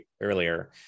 earlier